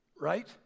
right